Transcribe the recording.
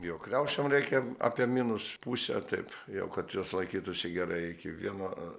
jau kriaušėm reikia apie minus pusę taip jog kad jos laikytųsi gerai iki vieno